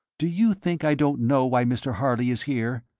do you think i don't know why mr. harley is here?